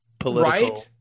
political